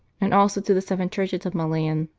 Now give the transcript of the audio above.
and also to the seven churches of milan,